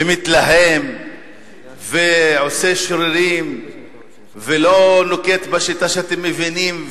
ומתלהם ועושה שרירים ולא נוקט בשיטה שאתם מבינים,